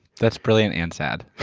that's brilliant and sad.